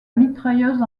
mitrailleuse